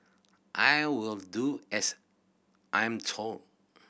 I will do as I'm told